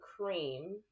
cream